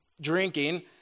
drinking